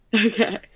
Okay